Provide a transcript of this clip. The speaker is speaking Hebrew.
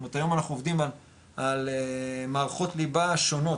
זאת אומרת היום אנחנו עובדים על מערכות ליבה שונות,